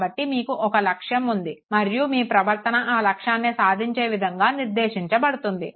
కాబట్టి మీకు ఒక లక్ష్యం ఉంది మరియు మీ ప్రవర్తన ఆ లక్ష్యాన్ని సాధించే విధంగా నిర్దేశించబడుతుంది